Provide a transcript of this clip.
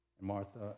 Martha